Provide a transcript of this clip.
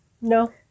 no